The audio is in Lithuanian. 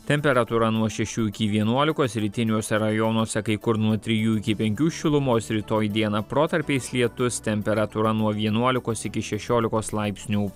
temperatūra nuo šešių iki vienuolikos rytiniuose rajonuose kai kur nuo trijų iki penkių šilumos rytoj dieną protarpiais lietus temperatūra nuo vienuolikos iki šešiolikos laipsnių